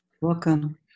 Welcome